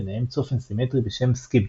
ביניהם צופן סימטרי בשם Skipjack.